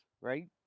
right